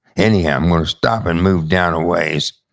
anyhow, i'm going to stop and move down a ways.